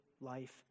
life